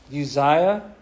Uzziah